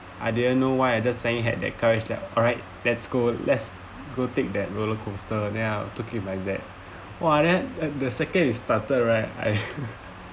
I didn't know why I just same had that courage that alright lets go lets go take that roller coaster and then I took it like that !wah! then the second it started right I